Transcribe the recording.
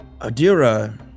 Adira